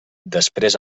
després